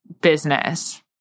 business